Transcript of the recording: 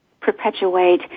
perpetuate